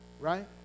right